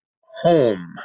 Home